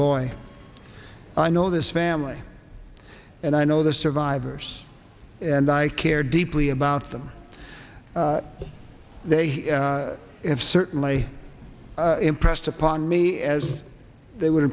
lloyd i know this family and i know the survivors and i care deeply about them they have certainly impressed upon me as they would